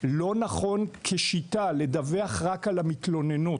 לא נכון כשיטה לדווח רק על המתלוננות.